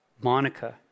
Monica